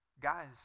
Guys